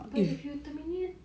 but if you terminate